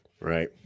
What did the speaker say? Right